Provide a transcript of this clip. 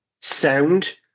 Sound